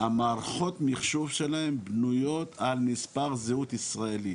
מערכות המחשוב שלהם בנויות על מספר זהות ישראלי,